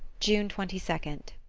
june twenty second.